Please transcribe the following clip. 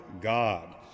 God